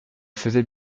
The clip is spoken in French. faisait